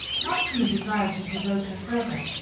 not from a desire to provoke her further,